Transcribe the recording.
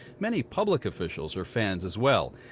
many public officials are fans as well.